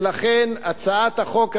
ולכן, הצעת החוק הזו,